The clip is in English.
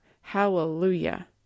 Hallelujah